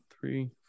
three